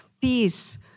peace